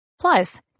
Plus